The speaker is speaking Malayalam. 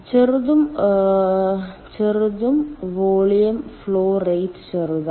ചെറുതും വോളിയം ഫ്ലോ റേറ്റ് ചെറുതുമാണ്